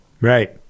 Right